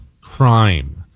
crime